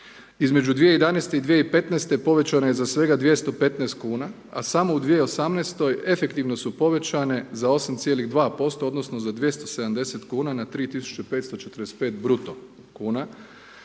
između 2011. i 2015. povećana je za svega 215 kn, a samo u 2018. efektivno su povećane za 8,2%, odnosno za 270 kn na 3545 bruto kn,